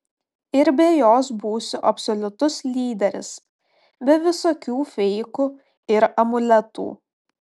ir be jos būsiu absoliutus lyderis be visokių feikų ir amuletų